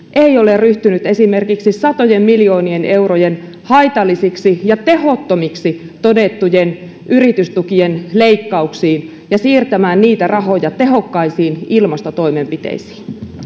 ei ole ryhtynyt esimerkiksi satojen miljoonien eurojen haitallisiksi ja tehottomiksi todettujen yritystukien leikkauksiin ja siirtämään niitä rahoja tehokkaisiin ilmastotoimenpiteisiin